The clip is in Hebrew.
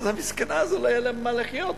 ואז למסכנה הזאת לא יהיה ממה לחיות.